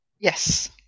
Yes